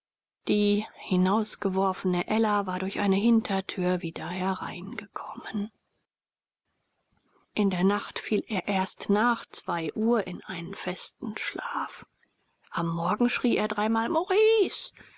die hinausgeworfene ella war durch eine hintertür wieder hereingekommen in der nacht fiel er erst nach zwei uhr in einen festen schlaf am morgen schrie er dreimal maurice